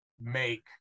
make